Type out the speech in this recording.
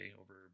over